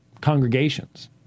congregations